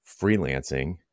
freelancing